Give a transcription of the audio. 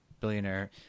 billionaire